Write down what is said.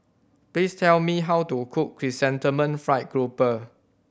please tell me how to cook Chrysanthemum Fried Grouper